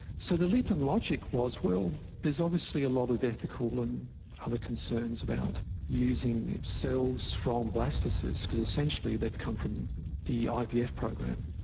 so the leap in logic was well there's obviously a lot of ethical and other concerns about using cells from blastocysts, because essentially they've come from the ivf program.